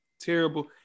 Terrible